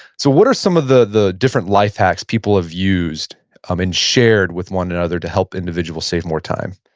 so what are some of the the different life hacks people have used um and shared with one another to help individuals save more time?